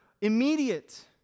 immediate